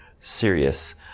serious